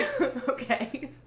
Okay